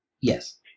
Yes